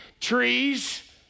trees